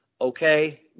Okay